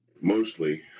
Mostly